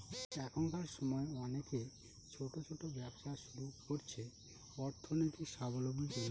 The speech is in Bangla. এখনকার সময় অনেকে ছোট ছোট ব্যবসা শুরু করছে অর্থনৈতিক সাবলম্বীর জন্য